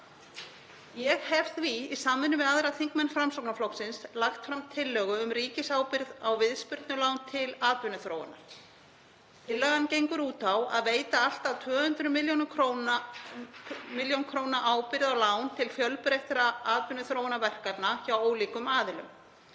Ég hef því í samvinnu við aðra þingmenn Framsóknarflokksins lagt fram tillögu um ríkisábyrgð á viðspyrnulánum til atvinnuþróunar. Tillagan gengur út á að veita allt að 200 millj. kr. ábyrgð á lánum til fjölbreyttra atvinnuþróunarverkefna hjá ólíkum aðilum